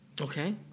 Okay